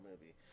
movie